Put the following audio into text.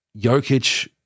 Jokic